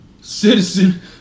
citizen